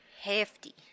Hefty